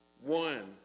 one